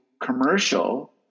commercial